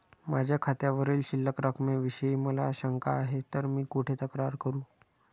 माझ्या खात्यावरील शिल्लक रकमेविषयी मला शंका आहे तर मी कुठे तक्रार करू?